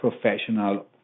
professional